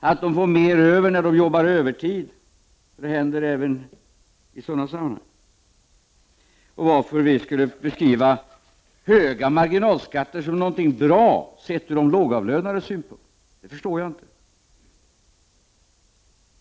att de får mer över när de jobbar övertid — det händer även i sådana sammanhang. Jag förstår inte heller varför vi skulle beskriva höga marginalskatter som bra ur de lågavlönades synpunkt.